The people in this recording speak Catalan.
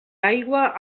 aigua